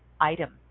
item